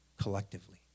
collectively